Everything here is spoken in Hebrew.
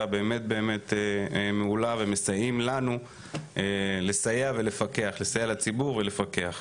באמת באמת מעולה ומסייעים לנו לסייע לציבור ולפקח,